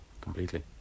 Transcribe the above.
completely